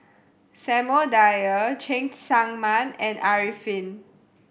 Samuel Dyer Cheng Tsang Man and Arifin